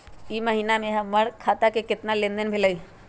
ई महीना में हमर खाता से केतना लेनदेन भेलइ?